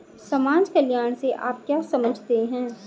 समाज कल्याण से आप क्या समझते हैं?